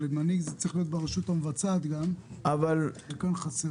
אבל מנהיג צריך להיות ברשות המבצעת גם וכאן חסר.